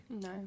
No